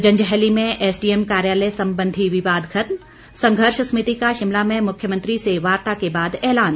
जंजैहली में एसडीएम कार्यालय संबंधी विवाद खत्म संघर्ष समिति का शिमला में मुख्यमंत्री से वार्ता के बाद ऐलान